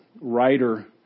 Writer